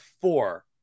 four